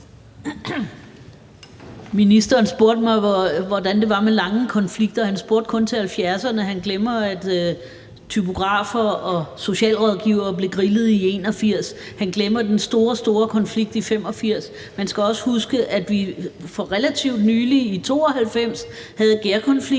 Ministeren spurgte mig, hvordan det var med lange konflikter, og han spurgte kun ind til 1970’erne. Han glemmer, at typografer og socialrådgivere blev grillet 1981. Han glemmer den store, store konflikt i 1985. Man skal også huske, at vi for relativt nylig, i 1992, havde gærkonflikten,